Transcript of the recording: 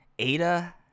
ada